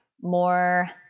more